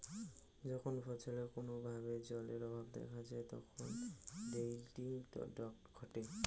যখন ফছলে কোনো ভাবে জলের অভাব দেখা যায় তখন উইল্টিং ঘটে